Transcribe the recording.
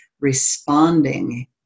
responding